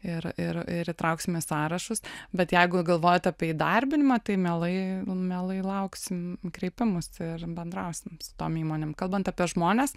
ir ir ir įtrauksime sąrašus bet jeigu galvojate apie įdarbinimą tai mielai mielai lauksim kreipimosi ir bendrausim su tom įmonėm kalbant apie žmones